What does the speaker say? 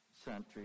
century